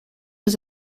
was